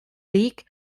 league